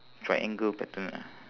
triangle pattern ah